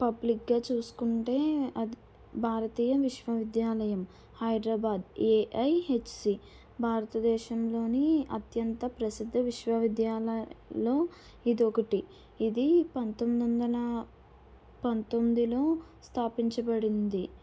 public గా చూసుకుంటే అది భారతీయ విశ్వవిద్యాలయం హైదరాబాద్ ఏఐహెచ్సి భారతదేశంలోని అత్యంత ప్రసిద్ధ విశ్వవిద్యాలయంలో ఇది ఒకటి ఇది పందొమ్మిది వందల పంతొమ్మిదిలో స్థాపించబడింది